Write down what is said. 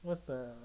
what's the